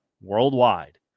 worldwide